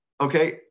Okay